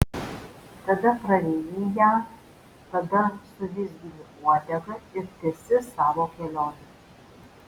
tada praryji ją tada suvizgini uodega ir tęsi savo kelionę